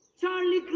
Charlie